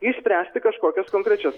išspręsti kažkokias konkrečias